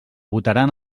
votaran